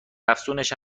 افزونش